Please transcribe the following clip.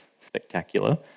spectacular